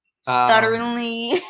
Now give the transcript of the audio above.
stutteringly